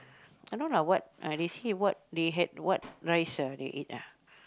I don't know what ah they say what they had what rice ah they ate ah